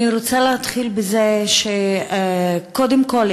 אני רוצה להתחיל בזה שקודם כול,